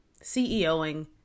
CEOing